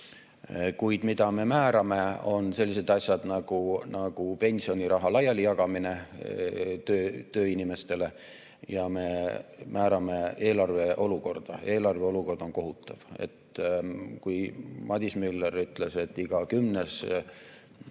Kuid mida me määrame, on sellised asjad nagu pensioniraha laialijagamine tööinimestele ja eelarve olukord. Eelarve olukord on kohutav. Kui Madis Müller ütles, et iga kümnes